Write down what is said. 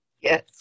yes